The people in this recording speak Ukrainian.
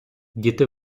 діти